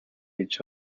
each